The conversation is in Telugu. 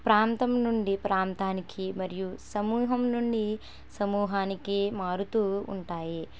ప్రాంతం నుండి ప్రాంతానికి మరియు సమూహం నుండి సమూహానికి మారుతు ఉంటాయి